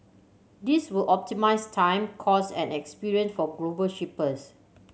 this will optimise time cost and experience for global shippers